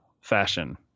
fashion